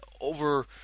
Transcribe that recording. over